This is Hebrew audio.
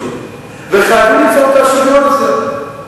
אבל גם להתקדם בצד השני וליצור את השוויון.